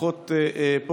לפחות פה,